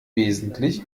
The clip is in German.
wesentlich